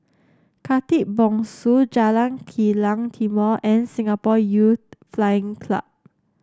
Khatib Bongsu Jalan Kilang Timor and Singapore Youth Flying Club